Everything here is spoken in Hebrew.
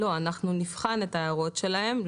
לא, אנחנו נבחן את ההערות שלהם.